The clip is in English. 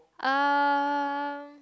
um